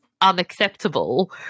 unacceptable